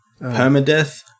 Permadeath